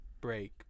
break